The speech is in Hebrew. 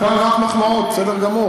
כאן רק מחמאות, בסדר גמור.